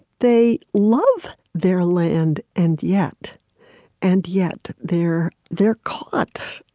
they love their land. and yet and yet they're they're caught,